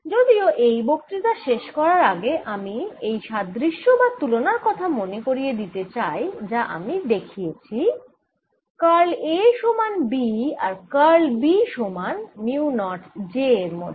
যদিও এই বক্তৃতা শেষ করার আগে আমি এই সাদৃশ্য বা তুলনার কথা মনে করিয়ে দিতে চাই যা আমি দেখিয়েছি কার্ল A সমান B আর কার্ল B সমান মিউ নট j এর মধ্যে